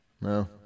no